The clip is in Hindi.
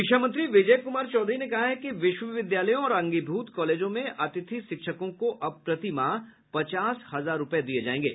शिक्षा मंत्री विजय कुमार चौधरी ने कहा है कि विश्वविद्यालयों और अंगीभूत कॉलेजों में अतिथि शिक्षकों को अब प्रति माह पचास हजार रूपये दिये जायेंगे